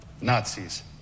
Nazis